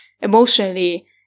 emotionally